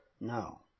No